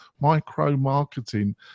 micro-marketing